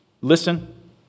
listen